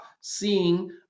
seeing